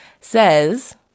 says